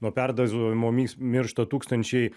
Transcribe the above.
nuo perdozavimo mis miršta tūkstančiai